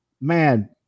man